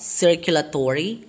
circulatory